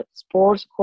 sports